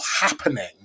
happening